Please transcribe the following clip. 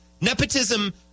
Nepotism